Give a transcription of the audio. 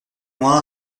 moins